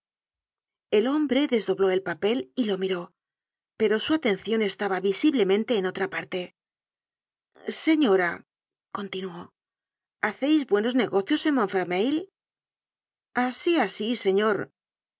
el hombre desdobló el papel y lo miró pero su atencion estaba visiblemente en otra parte señora continuó haceis buenos negocios en montfermeil asi asi señor